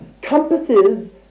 compasses